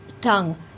tongue